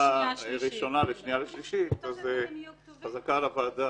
ראשונה לבין שנייה ושלישית יטפלו בזה.